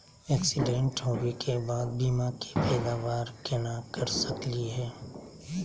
Accident होवे के बाद बीमा के पैदावार केना कर सकली हे?